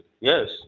Yes